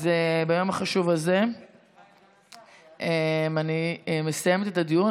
אז ביום החשוב הזה אני מסיימת את הדיון.